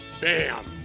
bam